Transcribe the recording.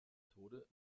tode